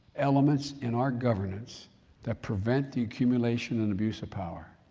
elements in our governance that prevent the accumulation and abuse of power.